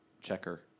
checker